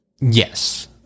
Yes